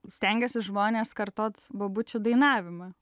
stengėsi žmonės kartot bobučių dainavimą